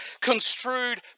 construed